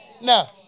Now